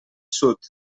sud